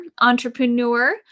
entrepreneur